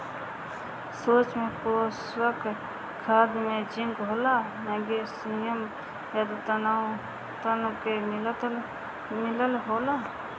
सूक्ष्म पोषक खाद में जिंक, लोहा, मैग्निशियम आदि तत्व के मिलल होला